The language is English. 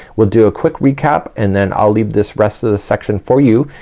we'll do a quick recap, and then i'll leave this rest of the section for you,